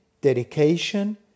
dedication